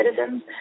citizens